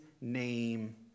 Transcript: name